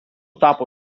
tapo